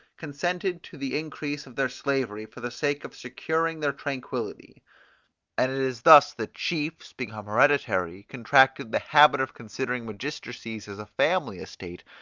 consented to the increase of their slavery for the sake of securing their tranquillity and it is thus that chiefs, become hereditary, contracted the habit of considering magistracies as a family estate,